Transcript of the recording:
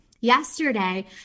Yesterday